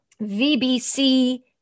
V-B-C